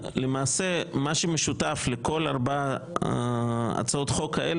האכסניה הטבעית של כל ארבע הצעות החוק שמופיעות פה,